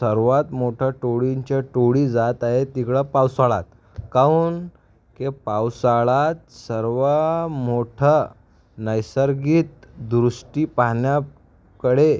सर्वात मोठं टोळींच्या टोळी जात आहे तिकडं पावसाळ्यात काऊन की पावसाळात सर्व मोठं नैसर्गित दृष्टी पाहण्याकडे